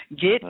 Get